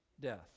death